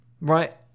Right